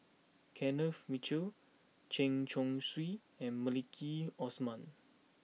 Kenneth Mitchell Chen Chong Swee and Maliki Osman